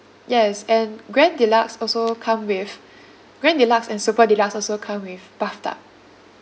yes and grand deluxe also come with grand deluxe and super deluxe also come with bath tub